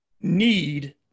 need